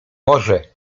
może